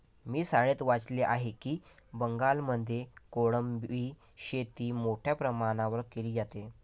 मी शाळेत वाचले आहे की बंगालमध्ये कोळंबी शेती मोठ्या प्रमाणावर केली जाते